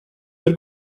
per